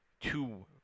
two